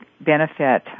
benefit